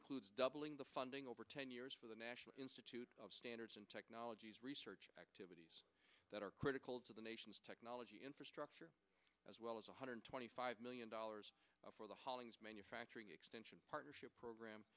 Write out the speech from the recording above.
includes doubling the funding over ten years for the national institute of standards and technology research activities that are critical to the nation's technology infrastructure as well as one hundred twenty five million dollars for the hollings manufacturing extension partnership program